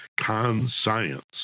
con-science